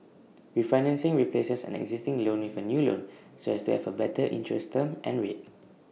refinancing replaces an existing loan with A new loan so as to have A better interest term and rate